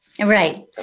right